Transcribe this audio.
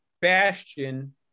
Bastion